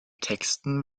texten